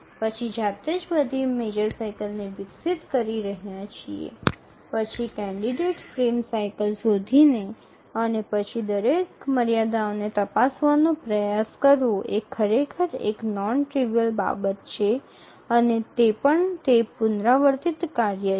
પછી જાતે જ બધી મેજર સાઇકલને વિકસિત કરી રહ્યા છીએ પછી કેન્ડિડેટ ફ્રેમ સાઇકલ શોધીને અને પછી દરેક મર્યાદાઓને તપાસવાનો પ્રયાસ કરવો એ ખરેખર એક નોન ટ્રીવિઅલ બાબત છે અને તે પણ તે પુનરાવર્તિત કાર્ય છે